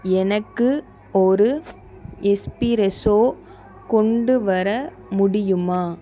எனக்கு ஒரு எஸ்பிரெசோ கொண்டு வர முடியுமா